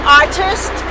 artist